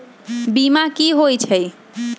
बीमा कि होई छई?